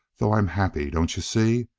though! i'm happy don't you see?